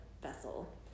vessel